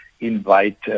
invite